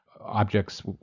objects